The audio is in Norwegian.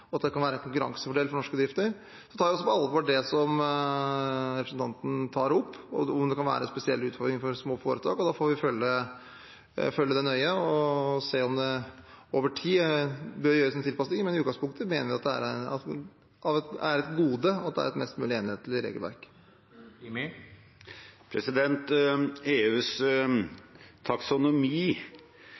på alvor det som representanten tar opp, om det kan være spesielle utfordringer for små foretak. Vi får følge det nøye og se om det over tid bør gjøres noen tilpasninger, men i utgangspunktet mener vi at det er et gode at det er et mest mulig enhetlig regelverk. EUs taksonomi